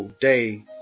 day